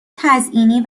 تزیینی